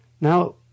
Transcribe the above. Now